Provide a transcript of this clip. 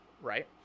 right